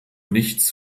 nichts